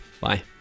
Bye